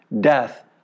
death